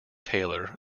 taylor